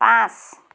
পাঁচ